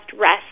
rest